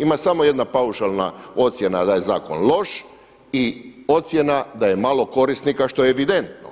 Ima samo jedna paušalna ocjena da je zakon loš i ocjena da je malo korisnika što je evidentno,